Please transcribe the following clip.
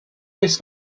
miss